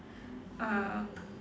uh